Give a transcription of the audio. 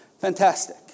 Fantastic